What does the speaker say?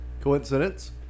Coincidence